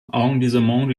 arrondissement